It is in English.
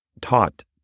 taught